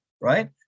right